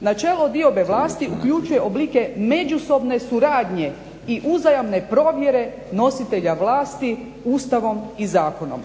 Načelo diobe vlasti uključuje oblike međusobne suradnje i uzajamne provjere nositelja vlasti Ustavom i zakonom.".